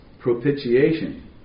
propitiation